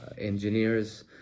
engineers